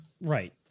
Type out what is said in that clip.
Right